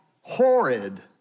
horrid